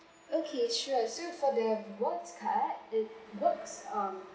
okay sure so for the rewards card it works um